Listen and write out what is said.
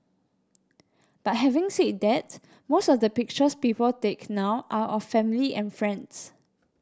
but having said that most of the pictures people take now are of family and friends